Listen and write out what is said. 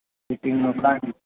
ટીચિંગનો plan